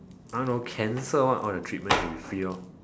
I don't know cancer all the treatments should be free lor